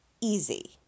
easy